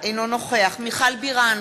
אינו נוכח מיכל בירן,